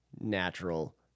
natural